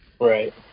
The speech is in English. Right